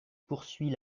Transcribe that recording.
poursuit